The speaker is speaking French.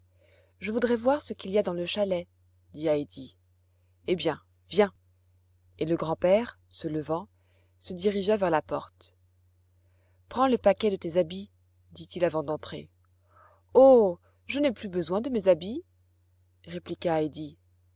je voudrais voir ce qu'il y a dans le chalet dit heidi eh bien viens et le grand-père se levant se dirigea vers la porte prends le paquet de tes habits dit-il avant d'entrer oh je n'ai plus besoin de mes habits répliqua heidi